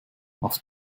auf